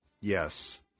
Yes